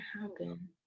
happen